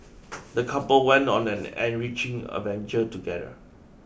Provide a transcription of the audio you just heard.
the couple went on an enriching adventure together